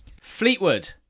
Fleetwood